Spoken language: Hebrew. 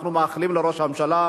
אנחנו מאחלים לראש הממשלה,